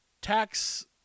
tax